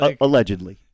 allegedly